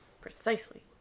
Precisely